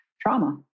trauma